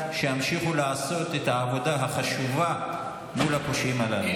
שימשיכו לעשות את העבודה החשובה מול הפושעים הללו.